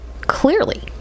clearly